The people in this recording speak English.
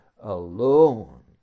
alone